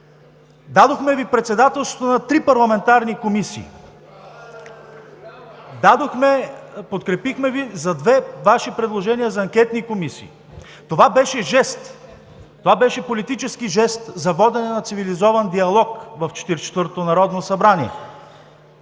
Дадохме Ви председателството на три парламентарни комисии, подкрепихме Ви за две Ваши предложения за анкетни комисии. Това беше жест. Това беше политически жест за водене на цивилизован диалог в 44-то Народно събрание.